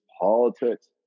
politics